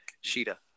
Sheeta